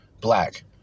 black